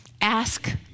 Ask